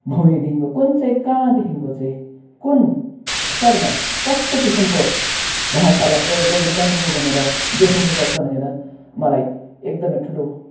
कुन चाहिँ कहाँदेखिको चाहिँ कुन स्तरमा कस्तो किसिमको भाषालाई प्रयोग गर्नु पर्ने हो भनेर देखाउनु पर्छ भनेर मलाई एकदमै ठुलो